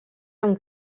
amb